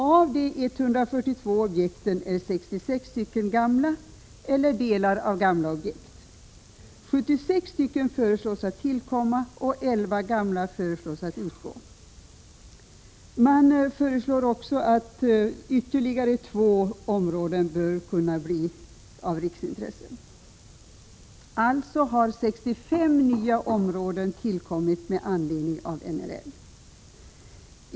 Av de 142 objekten är 66 gamla eller delar av gamla objekt. 76 föreslås tillkomma och 11 gamla föreslås utgå. Man anser också att ytterligare två bör kunna bli av riksintresse. Alltså har 65 nya områden tillkommit med anledning av NRL.